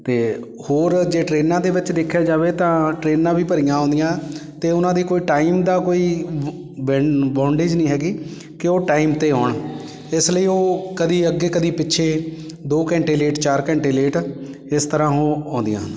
ਅਤੇ ਹੋਰ ਜੇ ਟ੍ਰੇਨਾਂ ਦੇ ਵਿੱਚ ਦੇਖਿਆ ਜਾਵੇ ਤਾਂ ਟ੍ਰੇਨਾਂ ਵੀ ਭਰੀਆਂ ਆਉਂਦੀਆਂ ਅਤੇ ਉਹਨਾਂ ਦੀ ਕੋਈ ਟਾਈਮ ਦਾ ਕੋਈ ਬ ਬਨ ਬੋਨਡੇਜ਼ ਨਹੀਂ ਹੈਗੀ ਕਿ ਉਹ ਟਾਈਮ 'ਤੇ ਆਉਣ ਇਸ ਲਈ ਉਹ ਕਦੀ ਅੱਗੇ ਕਦੀ ਪਿੱਛੇ ਦੋ ਘੰਟੇ ਲੇਟ ਚਾਰ ਘੰਟੇ ਲੇਟ ਇਸ ਤਰ੍ਹਾਂ ਉਹ ਆਉਂਦੀਆਂ ਹਨ